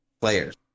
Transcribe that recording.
players